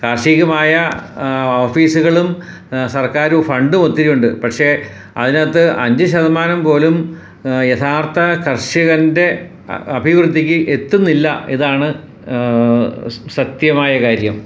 കാർഷികമായ ഓഫീസുകളും സർക്കാർ ഫണ്ട് ഒത്തിരിയുണ്ട് പക്ഷേ അതിനകത്ത് അഞ്ച് ശതമാനം പോലും യഥാർഥ കർഷകൻ്റെ അഭിവൃതിക്ക് എത്തുന്നില്ല ഇതാണ് സത്യമായ കാര്യം